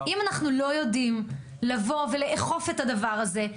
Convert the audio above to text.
אם אנחנו לא יודעים לבוא ולאכוף את הדבר הזה,